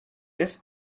this